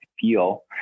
feel